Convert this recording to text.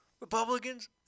Republicans